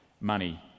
money